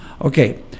Okay